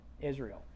Israel